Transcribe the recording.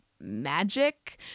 magic